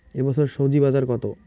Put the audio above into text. এ বছর স্বজি বাজার কত?